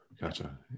Gotcha